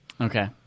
Okay